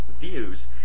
Views